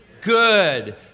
Good